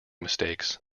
mistakes